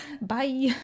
Bye